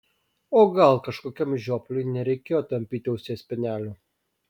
o gal kažkokiam žiopliui nereikėjo tampyti ausies spenelio